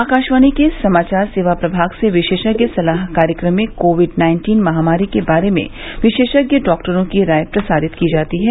आकाशवाणी के समाचार सेवा प्रभाग से विशेषज्ञ सलाह कार्यक्रम में कोविड नाइन्टीन महामारी के बारे में विशेषज्ञ डॉक्टरों की राय प्रसारित की जाती है